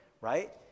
right